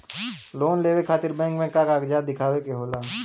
Loan लेवे खातिर bank मे का कागजात दिखावे के होला?